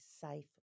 safe